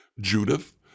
Judith